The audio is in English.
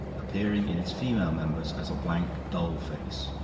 appearing in its female members as a blank doll-face.